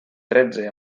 tretze